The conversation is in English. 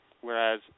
whereas